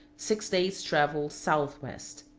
six days' travel southwest.